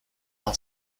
are